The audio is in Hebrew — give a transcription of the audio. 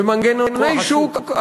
ומנגנוני שוק,